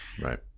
right